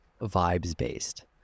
vibes-based